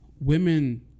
women